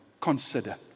Consider